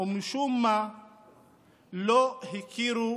ומשום מה לא הכירו